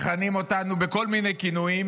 מכנים אותנו בכל מיני כינויים,